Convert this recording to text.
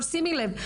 שימי לב.